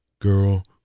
Girl